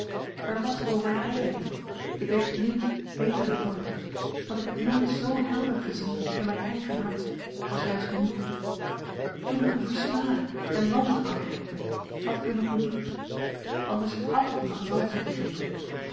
er was overdrijving in ik weet het nu beter dan ooit want ik heb nooit z helder gezien in mijn eigen hart als juist n toen ik u versmaadde en wantrouwde eckbert had ik u nog niet lief anders hàd ik u geloof moeten geven